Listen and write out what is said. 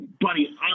Buddy